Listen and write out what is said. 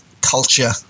Culture